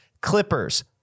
Clippers